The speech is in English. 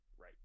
Right